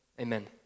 Amen